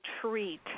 treat